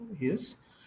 yes